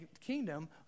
kingdom